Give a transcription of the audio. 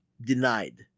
denied